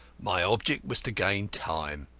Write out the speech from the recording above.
my object was to gain time.